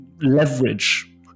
leverage